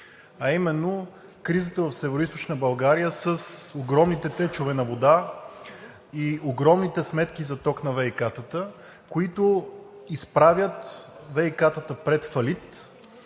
а именно кризата в Североизточна България с огромните течове на вода и огромните сметки за ток на ВиК-тата, които изправят ВиК-тата пред фалит